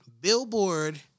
Billboard